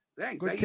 thanks